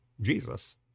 Jesus